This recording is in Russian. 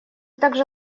также